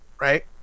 Right